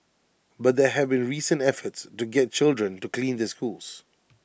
but there have been recent efforts to get children to clean their schools